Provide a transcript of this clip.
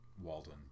Walden